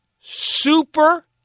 super